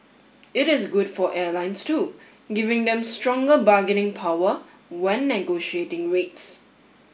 it is good for airlines too giving them stronger bargaining power when negotiating rates